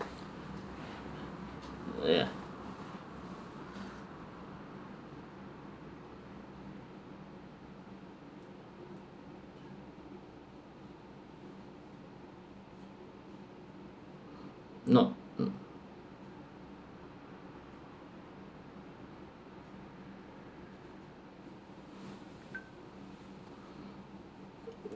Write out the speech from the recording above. yeah not mm